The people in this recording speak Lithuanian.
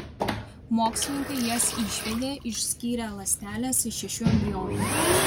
mokslininkai jas išvedė išskyrę ląsteles iš šešių embrionų